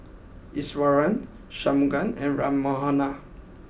Iswaran Shunmugam and Ram Manohar